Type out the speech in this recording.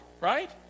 right